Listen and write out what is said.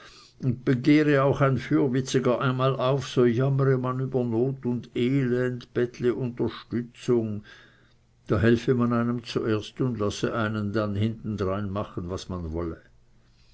und begehre auch ein fürwitziger einmal auf so jammere man über not und elend bettle unterstützung da helfe man einem zuerst und lasse einem dann hinten drein machen was man wolle